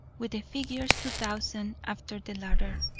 with the figures two thousand after the latter.